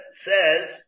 says